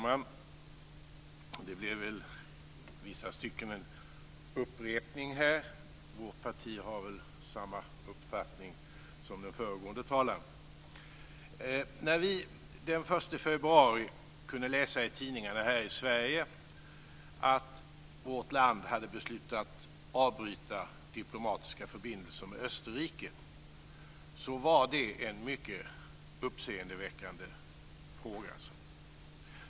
Herr talman! Detta blir i vissa stycken en upprepning. Vårt parti har samma uppfattning som den föregående talaren. När vi den 1 februari kunde läsa i tidningarna här i Sverige att vårt land hade beslutat att avbryta de diplomatiska förbindelserna med Österrike var det mycket uppseendeväckande.